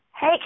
Hey